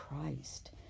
Christ